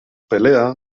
pelea